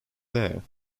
lear